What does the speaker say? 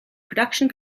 production